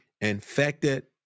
infected